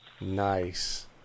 Nice